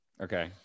Okay